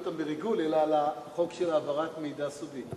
אותם על ריגול אלא על החוק של העברת מידע סודי.